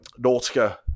Nautica